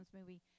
movie